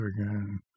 again